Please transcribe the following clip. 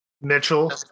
Mitchell